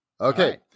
Okay